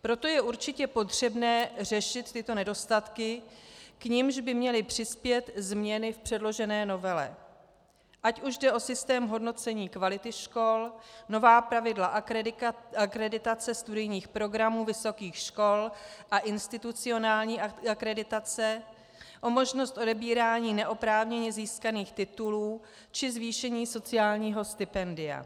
Proto je určitě potřebné řešit tyto nedostatky, k čemuž by měly přispět změny v předložené novele, ať už jde o systém hodnocení kvality škol, nová pravidla akreditace studijních programů vysokých škol a institucionální akreditace, o možnost odebírání neoprávněně získaných titulů či zvýšení sociálního stipendia.